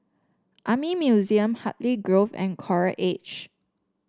Army Museum Hartley Grove and Coral Edge